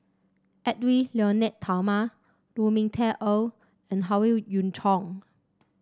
Edwy Lyonet Talma Lu Ming Teh Earl and Howe Yoon Chong